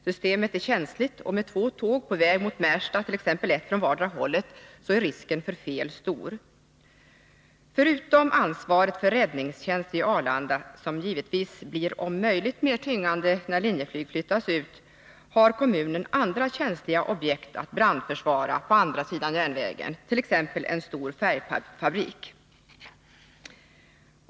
Systemet är känsligt, och med två tåg på väg mot Märsta, ett från vartdera hållet, är risken för fel stor. Förutom ansvar för räddningstjänst på Arlanda, som givetvis blir om möjligt än mer tyngande när Linjeflyg flyttas ut, har kommunen andra känsliga objekt att brandförsvara på andra sidan järnvägen, t.ex. en stor färgfabrik.